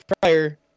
prior